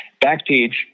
Backpage